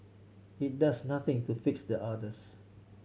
it does nothing to fix the others